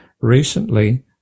recently